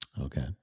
Okay